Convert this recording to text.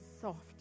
soft